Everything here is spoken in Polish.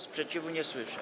Sprzeciwu nie słyszę.